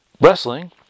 wrestling